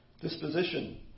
disposition